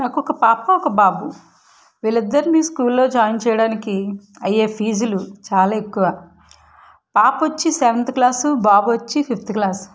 నాకు ఒక పాప ఒక బాబు వీళ్ళ ఇద్దరిని స్కూల్ లో జాయిన్ చేయడానికి అయ్యే ఫీజులు చాలా ఎక్కువ పాప వచ్చి సెవెంత్ క్లాసు బాబు వచ్చి ఫిఫ్త్ క్లాస్